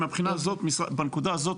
בנקודה הזו,